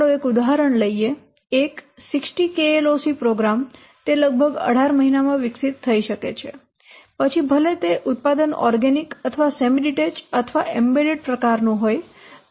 ચાલો એક ઉદાહરણ લઈએ એક 60 KLOC પ્રોગ્રામ તે લગભગ 18 મહિનામાં વિકસિત થઈ શકે છે પછી ભલે તે ઉત્પાદન ઓર્ગેનિક અથવા સેમી ડીટેચ્ડ અથવા એમ્બેડેડ પ્રકારનું હોય